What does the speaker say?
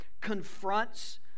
confronts